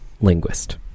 linguist